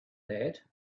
that